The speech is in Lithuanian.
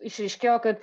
išryškėjo kad